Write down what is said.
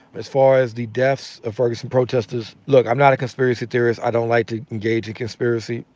as far as the deaths of ferguson protestors, look. i'm not a conspiracy theorist. i don't like to engage in conspiracy.